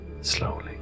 slowly